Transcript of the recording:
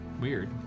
Weird